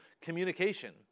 communication